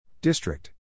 District